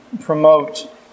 promote